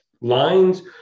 lines